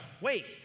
wait